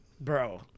Bro